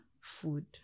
food